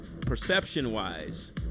perception-wise